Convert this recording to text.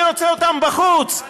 אני רוצה אותם בחוץ.